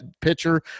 pitcher